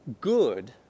good